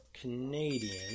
Canadian